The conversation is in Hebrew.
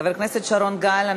חבר הכנסת שרון גל.